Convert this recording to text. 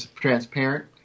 transparent